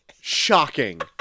shocking